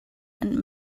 and